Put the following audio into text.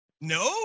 No